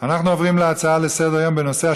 אנחנו עוברים להצעות לסדר-היום בנושא: